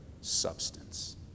substance